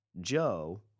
joe